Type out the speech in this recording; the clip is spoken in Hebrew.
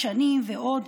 דשנים ועוד,